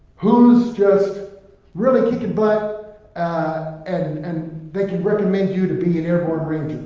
who's just really kicking butt and, and they can recommend you to be an airborne ranger.